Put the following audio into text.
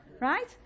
Right